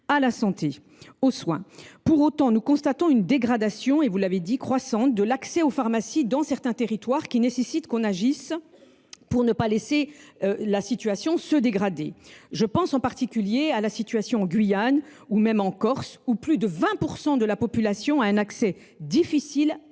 accéder aux soins. Pour autant, nous constatons une dégradation croissante de l’accès aux pharmacies dans certains territoires, ce qui nécessite d’agir pour ne pas laisser la situation se dégrader. Je pense en particulier à la Guyane ou à la Corse, où plus de 20 % de la population a un accès difficile